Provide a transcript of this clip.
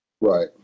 Right